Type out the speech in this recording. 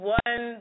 one